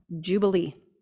jubilee